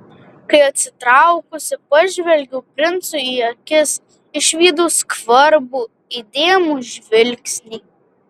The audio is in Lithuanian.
kai atsitraukusi pažvelgiau princui į akis išvydau skvarbų įdėmų žvilgsnį